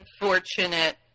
unfortunate